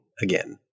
again